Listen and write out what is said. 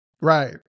Right